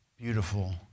Beautiful